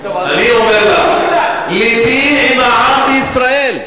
אני אומר לך, לבי עם העם בישראל,